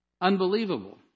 Unbelievable